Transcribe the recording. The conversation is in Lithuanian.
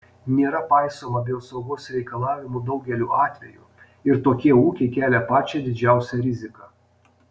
nėra paisoma biosaugos reikalavimų daugeliu atvejų ir tokie ūkiai kelia pačią didžiausią riziką